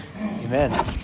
Amen